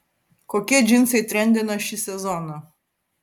kokie džinsai trendina šį sezoną